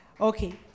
Okay